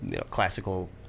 classical